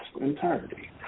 entirety